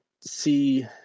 see